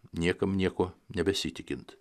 niekam nieko nebesitikint